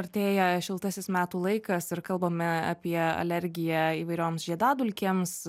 artėja šiltasis metų laikas ir kalbame apie alergiją įvairioms žiedadulkėms